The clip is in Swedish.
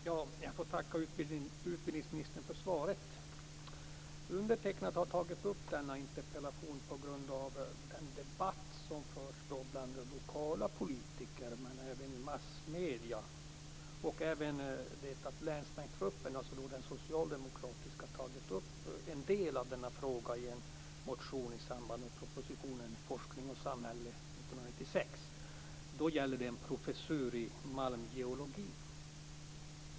Fru talman! Jag får tacka utbildningsministern för svaret. Jag har framställt denna interpellation på grund av den debatt som förs bland de lokala politikerna och även i massmedierna. Dessutom har den socialdemokratiska länsbänksgruppen tagit upp en del av denna fråga i en motion i anslutning till propositionen Forskning och samhälle 1996. Det gällde då en professur i malmgeologi.